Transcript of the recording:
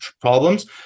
problems